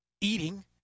eating